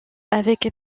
avec